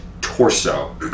torso